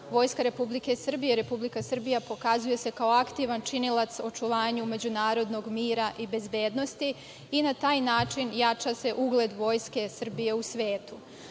Vojska Republike Srbije i Republika Srbija pokazuje se kao aktivan činilac u očuvanju međunarodnog mira i bezbednosti i na taj način jača se ugled Vojske Srbije u